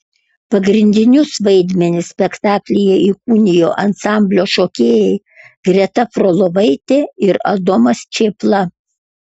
pagrindinius vaidmenis spektaklyje įkūnijo ansamblio šokėjai greta frolovaitė ir adomas čėpla